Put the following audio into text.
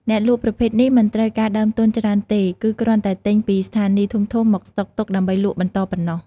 អ្នកលក់ប្រភេទនេះមិនត្រូវការដើមទុនច្រើនទេ គឺគ្រាន់តែទិញពីស្ថានីយ៍ធំៗមកស្តុកទុកដើម្បីលក់បន្តប៉ុណ្ណោះ។